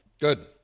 Good